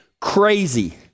crazy